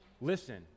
listen